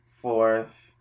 fourth